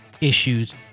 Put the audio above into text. issues